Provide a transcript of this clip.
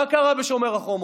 מה קרה בשומר החומות?